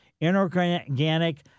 inorganic